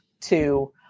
to-